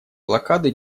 блокады